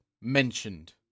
mentioned